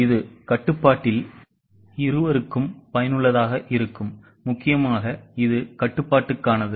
இது கட்டுப்பாட்டில் இருவருக்கும் பயனுள்ளதாக இருக்கும் முக்கியமாக இது கட்டுப்பாட்டுக்கானது